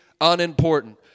unimportant